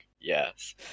yes